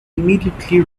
immediately